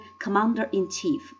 commander-in-chief